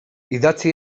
idatzi